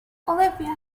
olivia